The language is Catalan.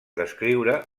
descriure